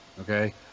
okay